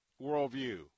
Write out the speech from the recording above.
worldview